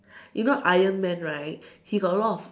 you know Iron man right he got a lot of